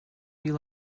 you